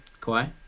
Kawhi